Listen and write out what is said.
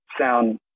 sound